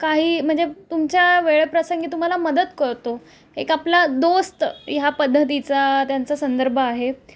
काही म्हणजे तुमच्या वेळेप्रसंगी तुम्हाला मदत करतो एक आपला दोस्त ह्या पद्धतीचा त्यांचा संदर्भ आहे